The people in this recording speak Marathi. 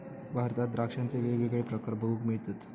भारतात द्राक्षांचे वेगवेगळे प्रकार बघूक मिळतत